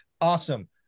awesome